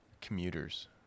commuters